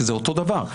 שזה אותו דבר,